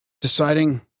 deciding